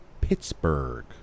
Pittsburgh